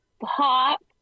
pop